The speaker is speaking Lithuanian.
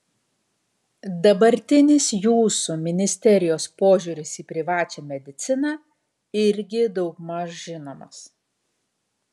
dabartinis jūsų ministerijos požiūris į privačią mediciną irgi daugmaž žinomas